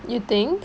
you think